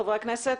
בבקשה, חברי הכנסת?